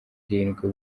irindwi